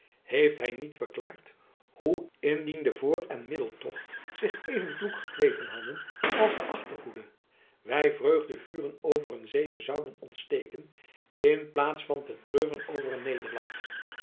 heeft hy niet verklaard hoe indien de voor en middeltocht zich even kloek gekweten hadden als de achterhoede wy vreugdevuren over een zege zouden ontsteken in plaats van te treuren over een nederlaag